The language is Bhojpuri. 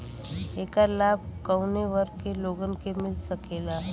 ऐकर लाभ काउने वर्ग के लोगन के मिल सकेला?